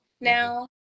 now